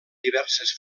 diverses